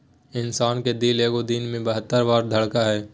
इंसान के दिल एगो दिन मे बहत्तर बार धरकय हइ